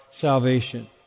salvation